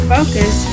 Focus